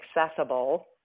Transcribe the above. accessible